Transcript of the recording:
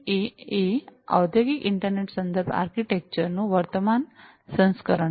8 એ ઔદ્યોગિક ઇન્ટરનેટ સંદર્ભ આર્કિટેક્ચર નું વર્તમાન સંસ્કરણ છે